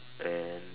and